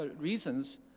reasons